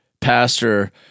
pastor